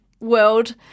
world